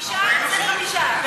חמישה זה חמישה.